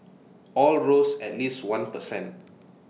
all rose at least one per cent